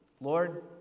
Lord